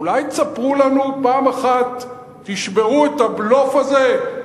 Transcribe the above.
אולי תספרו לנו פעם אחת, תשברו את הבלוף הזה.